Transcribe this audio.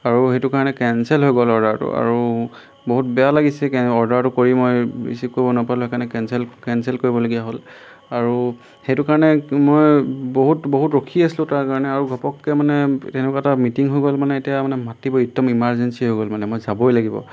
আৰু সেইটো কাৰণে কেনচেল হৈ গ'ল অৰ্ডাৰটো আৰু বহুত বেয়া লাগিছে কেলৈ অৰ্ডাৰটো কৰি মই ৰিচিভ কৰিবলৈ নাপালোঁ সেইকাৰণে কেনচেল কেনচেল কৰিবলগীয়া হ'ল আৰু সেইটো কাৰণে মই বহুত বহুত ৰখি আছিলোঁ তাৰ কাৰণে আৰু ঘপককৈ মানে তেনেকুৱা এটা মিটিং হৈ গ'ল মানে এতিয়া মানে মাতিব একদম ইমাৰ্জেঞ্চি হৈ গ'ল মানে মই যাবই লাগিব